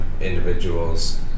individuals